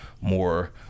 more